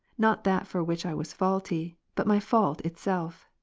not that for which i was faulty, but my fault itself.